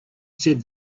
said